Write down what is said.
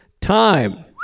time